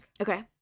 Okay